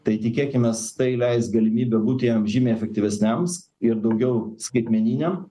tai tikėkimės tai leis galimybę būti jam žymiai efektyvesniams ir daugiau skaitmeniniam